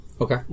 Okay